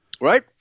right